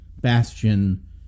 Bastion